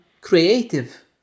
creative